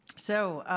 so,